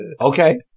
okay